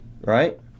right